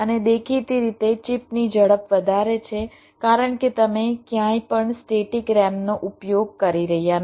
અને દેખીતી રીતે ચિપની ઝડપ વધારે છે કારણ કે તમે ક્યાંય પણ સ્ટેટિક RAMનો ઉપયોગ કરી રહ્યાં નથી